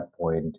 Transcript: point